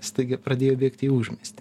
staiga pradėjo bėgti į užmiestį